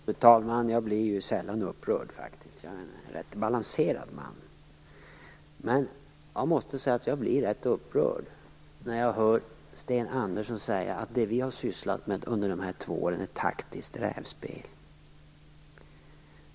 Fru talman! Jag blir sällan upprörd. Jag är en rätt balanserad man. Men jag måste säga att jag blir rätt upprörd när jag hör Sten Andersson säga att det vi har sysslat med under dessa två år är taktiskt rävspel.